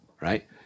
right